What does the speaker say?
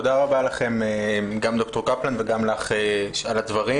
תודה רבה לכם, גם ד"ר קפלן וגם לך על הדברים.